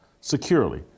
Securely